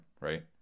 right